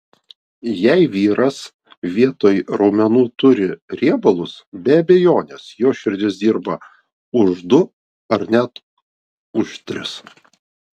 jei vyras vietoj raumenų turi riebalus be abejonės jo širdis dirba už du ar net už tris